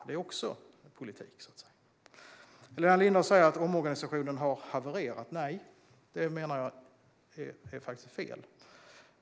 Det är också politik. Helena Lindahl säger att omorganisationen har havererat. Nej, det menar jag är fel.